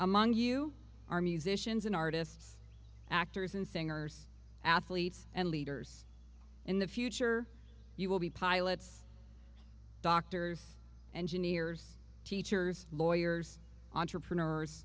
among you are musicians and artists actors and singers athletes and leaders in the future you will be pilots doctors engineers teachers lawyers entrepreneurs